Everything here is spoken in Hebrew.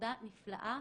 עבודה נפלאה,